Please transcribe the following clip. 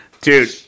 Dude